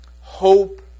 hope